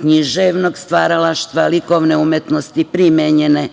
književnog stvaralaštva, likovne umetnosti, primenjene,